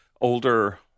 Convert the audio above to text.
older